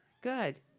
Good